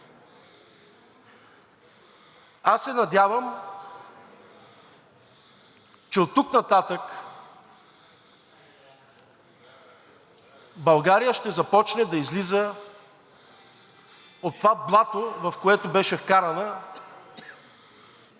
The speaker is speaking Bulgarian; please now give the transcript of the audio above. Аз се надявам, че оттук нататък България ще започне да излиза от това блато, в което беше вкарана